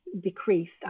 decreased